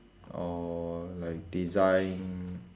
or like design